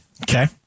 Okay